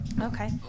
Okay